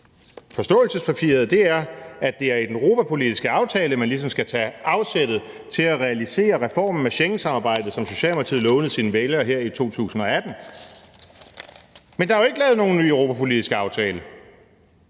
forståelsespapiret, er, at det er i den europapolitiske aftale, man ligesom skal tage afsættet til at realisere reformen af Schengensamarbejdet, som Socialdemokratiet lovede sine vælgere i 2018. Men der er jo ikke lavet nogen ny europapolitisk aftale.